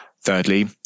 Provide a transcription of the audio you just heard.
Thirdly